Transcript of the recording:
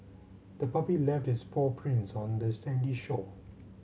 the puppy left its paw prints on the sandy shore